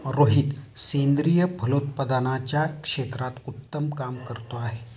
रोहित सेंद्रिय फलोत्पादनाच्या क्षेत्रात उत्तम काम करतो आहे